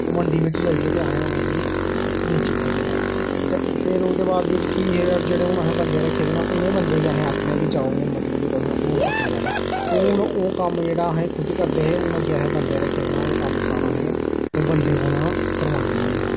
ओह् मंडी बिच्च जाइयै ते असें उ'नेंगी बेचने होन्ने आं ते फिर ओह्दे बाद बिच्च कि जेह्ड़े हून असें बंदे रक्खे दे न उ'नेंगी बंदे गी अस आक्खने होन्ने आं कि जाओ मतलब कि तुस होर पकड़ी आहनो ओह् हून ओह् कम्म जेह्ड़ा असें खुद करदे हे हून अग्गें असें बंदे रक्खे दे न ओह् कम्म सारा असें बंदे कोला करवान्ने होन्ने आं